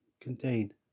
contained